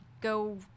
go